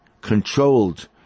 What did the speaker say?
controlled